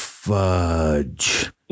Fudge